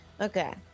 Okay